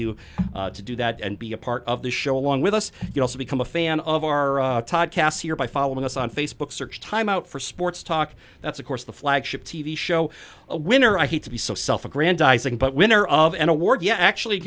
you to do that and be a part of the show along with us you also become a fan of our cast year by following us on facebook search time out for sports talk that's of course the flagship t v show a winner i hate to be so self aggrandizing but winner of an award yes actually